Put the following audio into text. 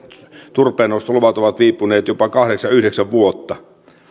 turpeennostoluvat ovat viipyneet jopa kahdeksan viiva yhdeksän vuotta